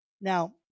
Now